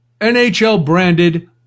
NHL-branded